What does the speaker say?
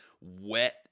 wet